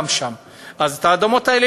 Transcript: אז את האדמות האלה,